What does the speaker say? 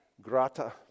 grata